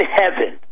heaven